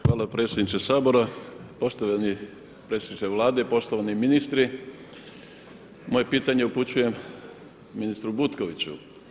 Hvala predsjedniče Sabora, poštovani predsjedniče Vlade i poštovani ministri, moje pitanje upućujem ministru Butkoviću.